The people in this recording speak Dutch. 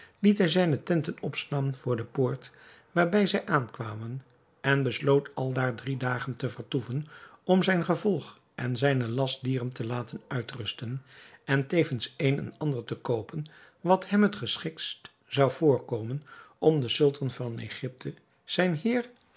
liet hij zijne tenten opslaan voor de poort waarbij zij aankwamen en besloot aldaar drie dagen te vertoeven om zijn gevolg en zijne lastdieren te laten uitrusten en tevens een en ander te koopen wat hem het geschiktst zou voorkomen om den sultan van egypte zijn heer